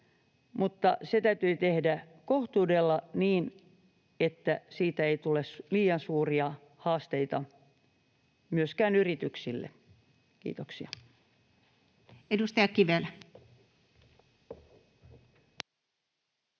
mutta se täytyy tehdä kohtuudella, niin että siitä ei tule liian suuria haasteita myöskään yrityksille. — Kiitoksia. [Speech